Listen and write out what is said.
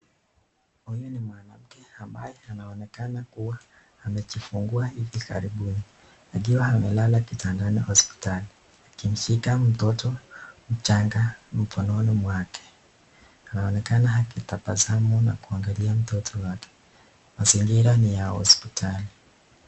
Huyu ni mwanamke anaonekana kuwa amejifungua hivi karibuni akiwa amelala kitandani hospitali akimshika mtoto mchanga mkononi mwake anaonekana akitabasamu na kuangalia mtoto wake mazingira ni ya hospitali.